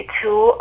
two